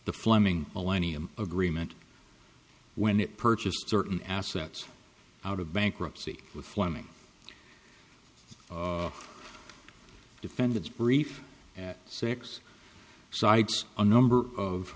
the fleming millennium agreement when it purchased certain assets out of bankruptcy with fleming defendants brief at six sites a number